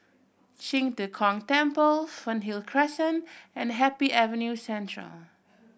Qing De Gong Temple Fernhill Crescent and Happy Avenue Central